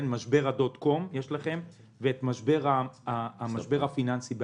והמשבר הפיננסי ב-2008.